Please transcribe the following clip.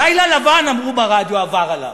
לילה לבן, אמרו ברדיו, עבר עליו.